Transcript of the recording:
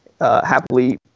happily—